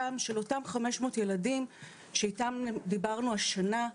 של אותם 500 ילדים שאיתם דיברנו השנה.